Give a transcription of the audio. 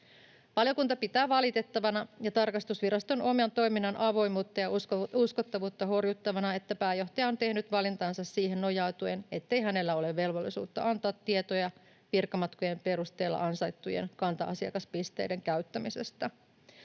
Valiokunta pitää valitettavana ja tarkastusviraston oman toiminnan avoimuutta ja uskottavuutta horjuttavana, että pääjohtaja on tehnyt valintansa siihen nojautuen, ettei hänellä ole velvollisuutta antaa tietoja virkamatkojen perusteella ansaittujen kanta-asiakaspisteiden käyttämisestä.